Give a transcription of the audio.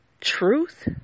truth